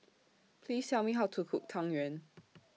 Please Tell Me How to Cook Tang Yuen